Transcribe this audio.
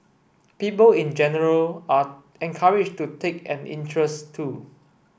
people in general are encouraged to take an interest too